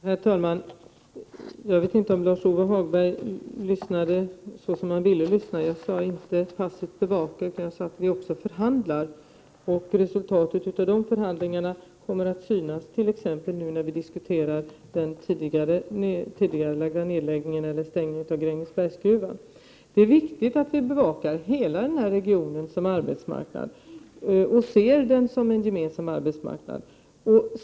Herr talman! Lars-Ove Hagberg kanske hörde vad han ville höra. Jag har nämligen inte talat om att ”passivt bevaka”, utan jag sade att vi också förhandlar. Resultatet av förhandlingarna kommer att synas t.ex. nu när vi diskuterar den tidigare stängningen av Grängesbergsgruvan. Det är viktigt att vi bevakar hela den här regionen som arbetsmarknad och även att vi ser den som en gemensam arbetsmarknad.